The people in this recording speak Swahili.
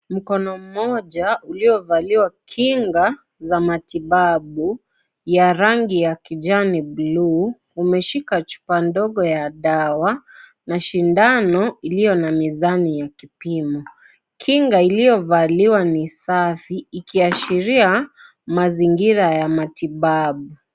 Mkono moja uliyovaliwa kinga za matibabu ya rangi ya kijani bluu. Umeshika chupa ndogo ya dawa na sindano iliyo na mizani ya kipimo. Kinga iliyovaliwa ni safi ikiashiria mazingira ya matibabu.